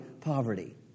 poverty